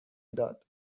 داد